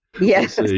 Yes